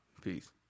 Peace